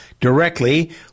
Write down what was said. directly